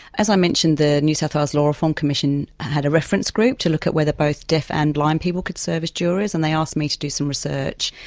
as i mentioned, the new south ah wales law reform commission had a reference group to look at whether both deaf and blind people could serve as jurors and they asked me to do some research.